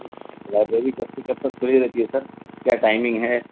library کب سے کب تک کھلی رہتی ہے سر کیا ٹائمنگ ہے